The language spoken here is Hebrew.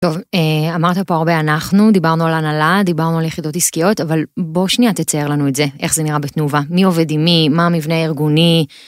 אמרת פה הרבה אנחנו דיברנו על הנהלה דיברנו על יחידות עסקיות אבל בוא שנייה תצייר לנו את זה איך זה נראה בתנובה מי עובד עם מי, מה המבנה הארגוני.